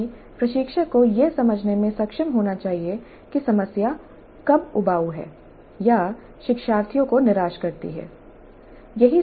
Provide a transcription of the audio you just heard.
साथ ही प्रशिक्षक को यह समझने में सक्षम होना चाहिए कि समस्या कब उबाऊ है या शिक्षार्थियों को निराश करती है